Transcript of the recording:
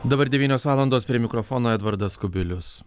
dabar devynios valandos prie mikrofono edvardas kubilius